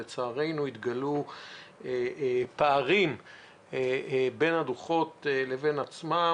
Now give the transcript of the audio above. לצערנו, התגלו פערים בין הדוחות לבין עצמם.